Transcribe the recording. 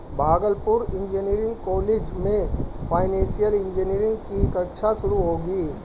Bhagalpur engineering college में financial engineering की कक्षा शुरू होगी